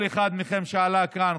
וכל אחד מכם שעלה כאן,